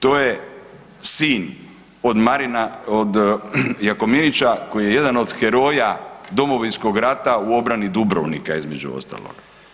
To je sin od Marina od Jakominića koji je jedan od heroja Domovinskog rata u obrani Dubrovnika između ostalog.